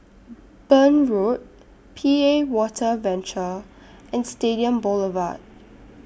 Burn Road P A Water Venture and Stadium Boulevard